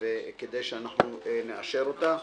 כדי שנאשר אותה.